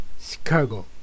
Chicago